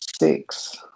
six